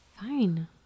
fine